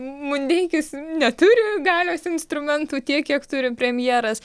mundeikis neturi galios instrumentų tiek kiek turi premjeras